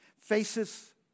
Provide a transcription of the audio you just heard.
faces